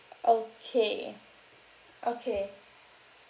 okay okay